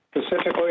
Specifically